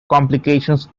complications